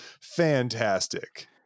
fantastic